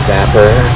Zapper